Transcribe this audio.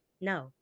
no